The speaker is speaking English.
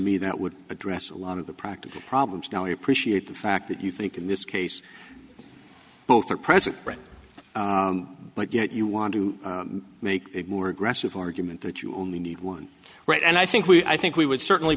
me that would address a lot of the practical problems now i appreciate the fact that you think in this case both are present but yet you want to make it more aggressive or agreement that you only need one right and i think we i think we would certainly